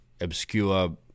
obscure